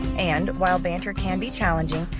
and, while bantering can be challenging,